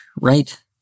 right